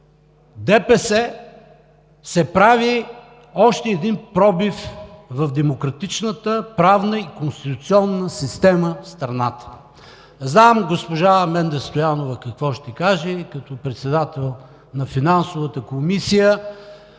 ДПС се прави още един пробив в демократичната, правна и конституционна система в страната. Знам какво ще каже госпожа Менда Стоянова, като председател на Финансовата комисия,